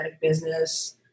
business